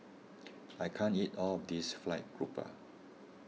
I can't eat all of this Fried Grouper